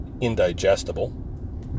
indigestible